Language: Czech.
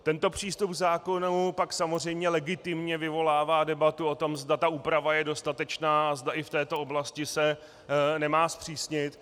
Tento přístup k zákonu pak samozřejmě legitimně vyvolává debatu o tom, zda ta úprava je dostatečná a zda i v této oblasti se nemá zpřísnit.